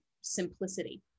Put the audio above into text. simplicity